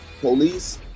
police